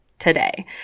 Today